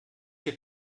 hier